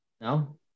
No